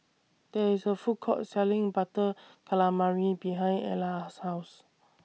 There IS A Food Court Selling Butter Calamari behind Ella's House